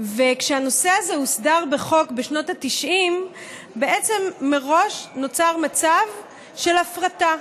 כשהנושא הזה הוסדר בחוק בשנות ה-90 בעצם מראש נוצר מצב של הפרטה.